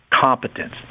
competence